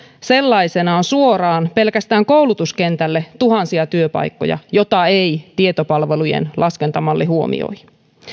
sellaisenaan suoraan pelkästään koulutuskentälle tuhansia työpaikkoja joita ei tietopalvelun laskentamalli huomioi